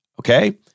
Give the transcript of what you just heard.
Okay